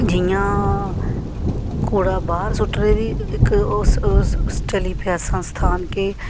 जि'यां कूड़ा बाह्र सुट्टने दी ओह् इक उस उस चली पेआ स्थान के